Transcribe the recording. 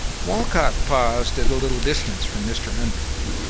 walcott paused at a little distance from mr. underwood,